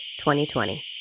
2020